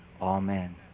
Amen